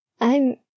I'm-